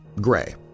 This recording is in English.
gray